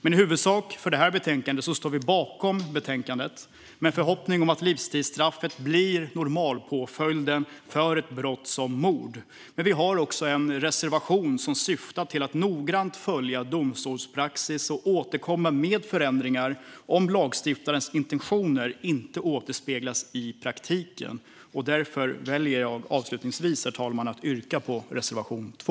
I huvudsak står vi bakom det nu aktuella betänkandet med förhoppning om att livstidsstraffet blir normalpåföljden för ett brott som mord, men vi har också en reservation som syftar till att noggrant följa domstolarnas praxis och återkomma med förändringar om lagstiftarens intentioner inte återspeglas i praktiken. Därför väljer jag avslutningsvis att yrka bifall till reservation 2.